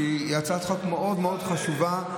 שהיא הצעת חוק מאוד מאוד חשובה,